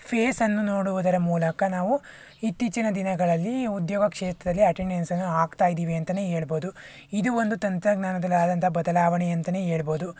ಫೇಸನ್ನು ನೋಡುವುದರ ಮೂಲಕ ನಾವು ಇತ್ತೀಚಿನ ದಿನಗಳಲ್ಲಿ ಉದ್ಯೊಗ ಕ್ಷೇತ್ರದಲ್ಲಿ ಅಟೆಂಡೆನ್ಸನ್ನು ಹಾಕ್ತಯಿದ್ದೀವಿ ಅಂತನೇ ಹೇಳ್ಬೋದು ಇದು ಒಂದು ತಂತ್ರಜ್ಞಾನದಲ್ಲಿ ಆದಂಥ ಬದಲಾವಣೆ ಅಂತನೇ ಹೇಳ್ಬೋದು